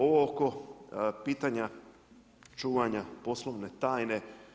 Ovo oko pitanja čuvanja poslovne tajne.